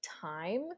time